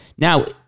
Now